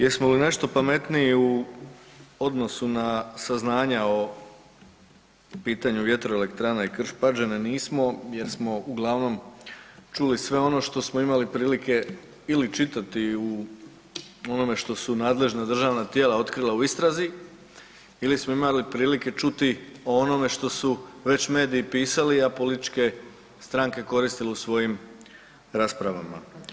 Jesmo li nešto pametniji u odnosu na saznanja o pitanju vjetroelektrana i Krš – Pađene nismo, jer smo uglavnom čuli sve ono što smo imali prilike ili čitati u onome što su nadležna državna tijela otkrila u istrazi ili smo imali prilike čuti o onome što su već mediji pisali, a političke stranke koristile u svojim raspravama.